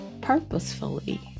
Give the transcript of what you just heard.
purposefully